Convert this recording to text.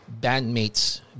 bandmates